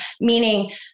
meaning